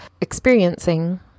experiencing